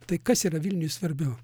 tai kas yra vilniui svarbiau